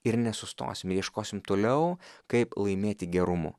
ir nesustosime ieškosim toliau kaip laimėti gerumu